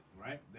right